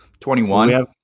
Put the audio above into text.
21